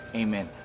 amen